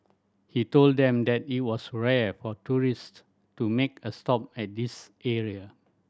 he told them that it was rare for tourist to make a stop at this area